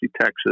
Texas